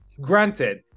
Granted